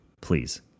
Please